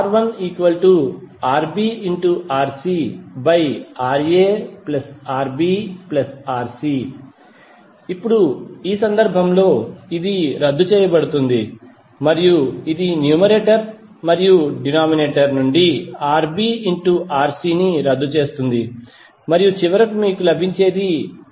R1RbRcRaRbRc ఇప్పుడు ఈ సందర్భంలో ఇది రద్దు చేయబడుతుంది మరియు ఇది న్యూమరేటర్ మరియు డినోమినేటర్ నుండి Rb Rc ని రద్దు చేస్తుంది మరియు చివరకు మీకు లభించేది Ra